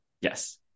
Yes